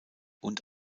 und